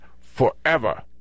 forever